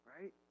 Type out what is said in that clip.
Right